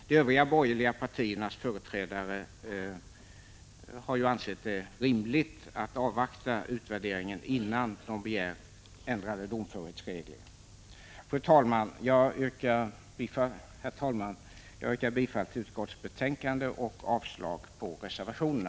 De övriga borgerliga partiernas företrädare i utskottet har ju ansett att det är rimligt att avvakta utvärderingen innan de begär ändrade domförhetsregler. Herr talman! Jag yrkar bifall till utskottets hemställan och avslag på reservationerna.